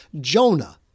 Jonah